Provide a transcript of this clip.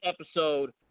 episode